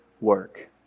work